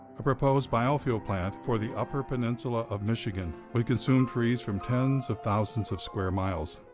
a proposed biofuel plant for the upper peninsula of michigan would consume trees from tens of thousands of square miles.